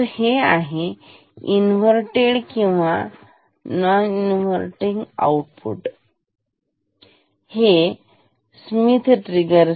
तर हे आहे इन्व्हरटेड किंवा इन्व्हरटेड प्रकारचे स्मिथ ट्रिगर